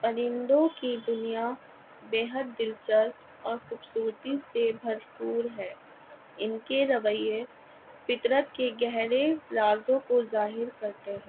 پرندوں کی دنیا بے حد دلچسپ اور خوبصورتی سے بھرپور ہے ان کے رویے فطرت کے گہرے رازوں کو ظاہر کرتے ہیں